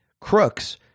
crooks